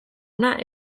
ona